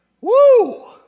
Woo